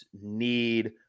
need